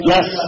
Yes